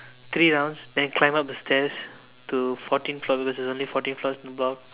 three rounds then climb up the stairs to fourteen floors because there's only fourteen floors in the block